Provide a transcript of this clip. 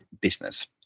business